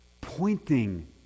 Pointing